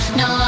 no